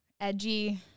edgy